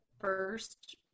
first